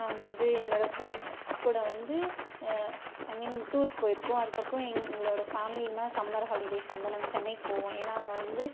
நான் வந்து என்னோடய ஃபரெண்ட்ஸ் கூட வந்து ஐ மீன் டூருக்குப் போயிருக்கோம் அதுக்கப்புறம் எங்களோடய ஃபேமிலினால் சம்மர் ஹாலிடேஸுக்கு வந்து நாங்கள் சென்னைக்குப் போவோம் ஏன்னால் அங்கே வந்து